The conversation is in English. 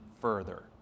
further